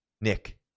Nick